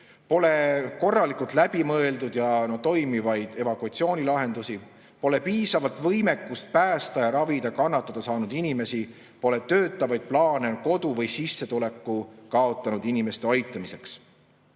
pole korralikult läbi mõeldud ja toimivaid evakuatsioonilahendusi, pole piisavat võimekust päästa ja ravida kannatada saanud inimesi, pole töötavaid plaane kodu või sissetuleku kaotanud inimeste aitamiseks.